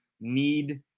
need